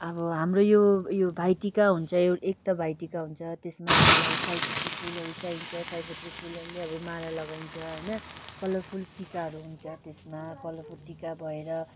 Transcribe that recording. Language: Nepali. अब हाम्रो यो उयो भाइटिका हुन्छ एउ एक त भाइटिका हुन्छ त्यसमा हामीलाई अब सयपत्री फुलहरू चाहिन्छ सयपत्री फुलहरूले अब माला लगाइन्छ होइन कलरफुल टिकाहरू हुन्छ त्यसमा कलरफुल टिका भएर